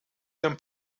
dem